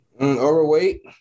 overweight